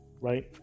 right